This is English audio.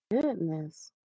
Goodness